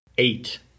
eight